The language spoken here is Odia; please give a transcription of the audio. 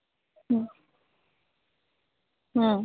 ହୁଁ ହୁଁ